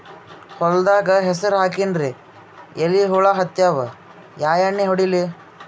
ಹೊಲದಾಗ ಹೆಸರ ಹಾಕಿನ್ರಿ, ಎಲಿ ಹುಳ ಹತ್ಯಾವ, ಯಾ ಎಣ್ಣೀ ಹೊಡಿಲಿ?